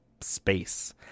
space